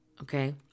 Okay